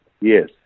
yes